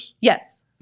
Yes